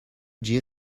جیغ